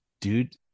Dude